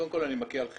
קודם כל אני מכה על חטא.